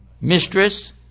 Mistress